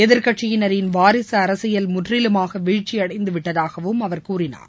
எதிர்கட்சியினரின் வாரிசுஅரசியல் முற்றிலுமாகவீழ்ச்சியடைந்துவிட்டதாகவும் அவர் கூறினார்